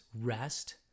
rest